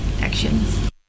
actions